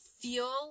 feel